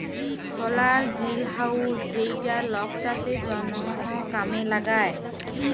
সলার greenhouse যেইটা লক চাষের জনহ কামে লাগায়